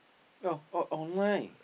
oh oh online